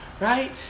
right